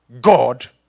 God